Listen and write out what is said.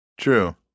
True